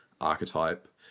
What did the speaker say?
archetype